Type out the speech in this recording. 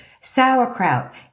sauerkraut